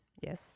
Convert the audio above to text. Yes